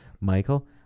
Michael